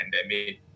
pandemic